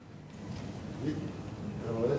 יש טיבייב, יש מקלב.